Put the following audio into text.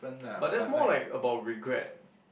but that's more like about regret